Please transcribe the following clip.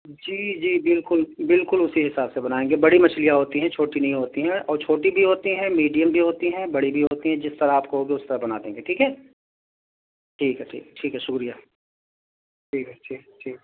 جی جی بالکل بالکل اسی حساب سے بنائیں گے بڑی مچھلیاں ہوتی ہیں چھوٹی نہیں ہوتی ہیں اور چھوٹی بھی ہوتی ہیں میڈیم بھی ہوتی ہیں بڑی بھی ہوتی ہیں جس طرح آپ کہوگے اس طرح بنا دیں گے ٹھیک ہے ٹھیک ہے ٹھیک ہے ٹھیک ہے شکریہ ٹھیک ہے ٹھیک ٹھیک